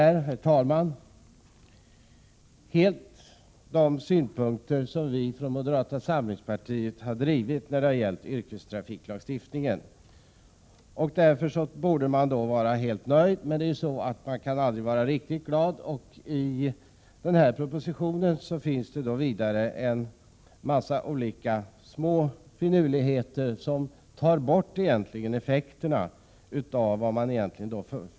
Det här är helt de synpunkter som vi från moderata samlingspartiet har drivit när det gäller yrkestrafiklagstiftningen. Därför borde man väl vara helt nöjd, men man kan aldrig vara riktigt glad. I denna proposition finns det nämligen en massa små finurligheter som tar bort de egentliga effekterna.